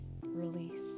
Release